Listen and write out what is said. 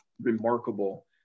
remarkable